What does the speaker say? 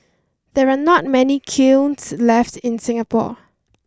there are not many kilns left in Singapore